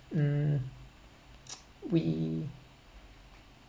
mm we